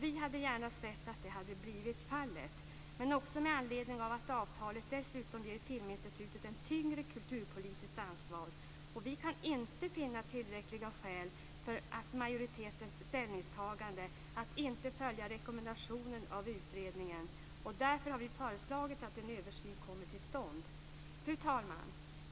Vi hade gärna sett att så hade blivit fallet, också med anledning av att avtalet dessutom ger Filminstitutet ett tyngre kulturpolitiskt ansvar. Vi kan inte finna tillräckliga skäl för majoritetens ställningstagande, att inte följa rekommendationen av utredningen. Därför har vi föreslagit att en översyn ska komma till stånd. Fru talman!